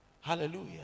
Hallelujah